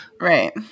Right